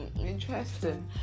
Interesting